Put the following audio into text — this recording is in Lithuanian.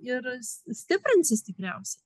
ir stiprinsis tikriausiai